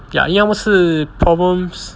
ya 因为他们是 problems